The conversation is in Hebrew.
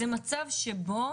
זה מצב שבו